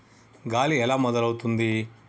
గాలి ఎలా మొదలవుతుంది?